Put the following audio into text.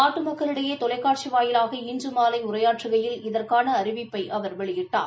நாட்டு மக்களிடையே தொலைக்காட்சி வாயிலாக இன்று மாலை உரையாற்றுகையில் இதற்கான அறிவிப்பை அவர் வெளியிட்டார்